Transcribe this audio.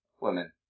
women